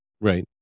Right